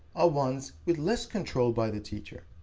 are ones with less control by the teacher.